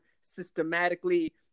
systematically